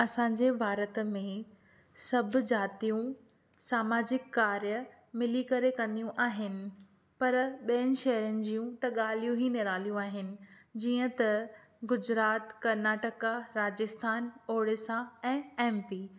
असां जे भारत में सभु जातियूं सामाजिक कार्य मिली करे कंदियूं आहिनि पर ॿियनि शहरनि जूं त ॻाल्हियूं ही निराली आहिनि जीअं त गुजरात कर्नाटका राजस्थान ओडिशा ऐं एम पी